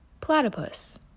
platypus